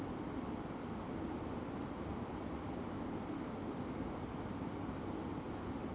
b~ that's like the